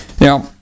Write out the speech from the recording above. Now